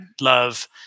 love